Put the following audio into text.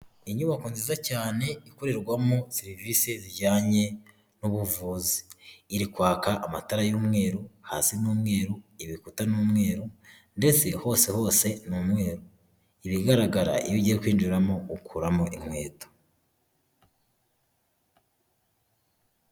Inyubako nziza cyane ikorerwamo serivisi zijyanye n'ubuvuzi, iri kwaka amatara y'umweru, hasi ni umweru, ibikuta ni umweru, ndetse hose hose ni umweru, ibigaragara iyo ugiye kwinjiramo ukuramo inkweto.